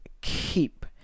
keep